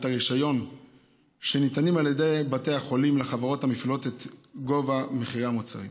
הרישיון שניתנים על ידי בתי החולים לחברות המפעילות את גובה מחירי המוצרים.